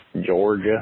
Georgia